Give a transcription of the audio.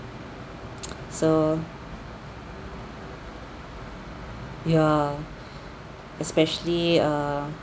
so ya especially err